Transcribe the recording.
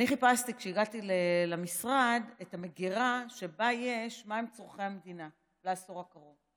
כשהגעתי למשרד חיפשתי את המגרה שבה ישנם צורכי המדינה לעשור הקרוב.